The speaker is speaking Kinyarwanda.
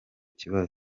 kibazo